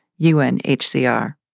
UNHCR